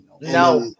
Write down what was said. no